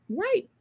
right